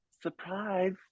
surprise